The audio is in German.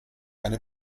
eine